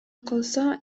калса